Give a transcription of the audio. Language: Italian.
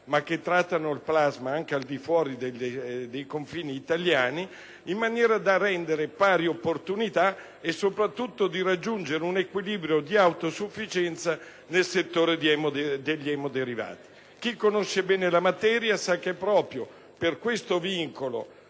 ma che trattano il plasma anche al di fuori dei confini italiani, in maniera da assicurare pari opportunità e soprattutto per raggiungere un equilibrio di autosufficienza nel settore degli emoderivati. Chi conosce bene la materia sa che è proprio per questo vincolo